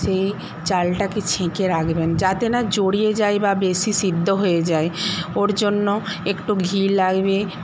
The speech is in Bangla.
সেই চালটাকে ছেঁকে রাখবেন যাতে না জড়িয়ে যায় বা বেশি সিদ্ধ হয়ে যায় ওর জন্য একটু ঘি লাগবে